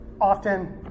often